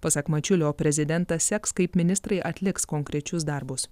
pasak mačiulio prezidentas seks kaip ministrai atliks konkrečius darbus